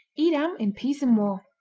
edam in peace and war